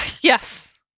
yes